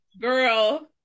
girl